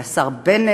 על השר בנט,